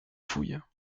fouilles